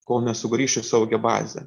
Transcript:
kol nesugrįš į saugią bazę